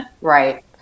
Right